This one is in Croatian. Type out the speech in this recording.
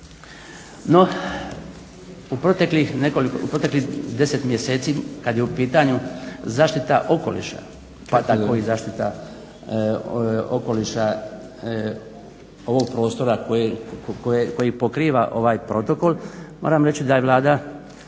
No, u proteklih 10 mjeseci kad je u pitanju zaštita okoliša, pa tako i zaštita okoliša ovog prostora koji pokriva ovaj protokol, moram reći da je Vlada